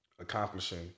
accomplishing